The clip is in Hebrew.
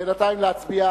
בינתיים להצביע.